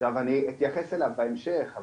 אני אתייחס אליו עוד בהמשך,